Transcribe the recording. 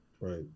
Right